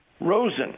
Rosen